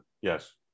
yes